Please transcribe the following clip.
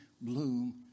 bloom